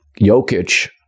Jokic